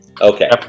Okay